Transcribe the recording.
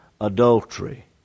adultery